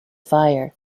fire